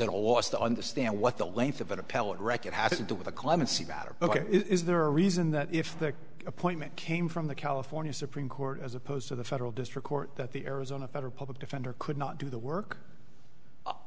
at a loss to understand what the length of an appellate record has to do with a clemency matter ok is there a reason that if the appointment came from the california supreme court as opposed to the federal district court that the arizona federal public defender could not do the work